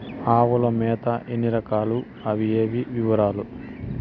ఆవుల మేత ఎన్ని రకాలు? అవి ఏవి? వివరాలు?